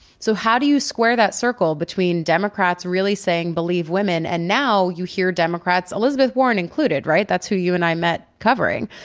so how do you square that circle between democrats really saying, believe women, and now you hear democrats, elizabeth warren included, right, that's who you and i met covering,